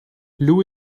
lou